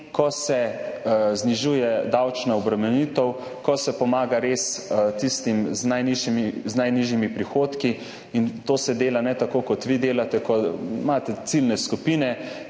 ko se znižuje davčna obremenitev, ko se pomaga res tistim z najnižjimi prihodki. In to se ne dela tako, kot vi delate, ko imate ciljne skupine,